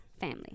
family